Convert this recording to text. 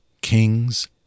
Kings